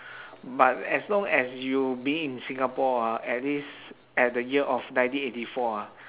but as long as you being in singapore ah at least at the year of nineteen eighty four ah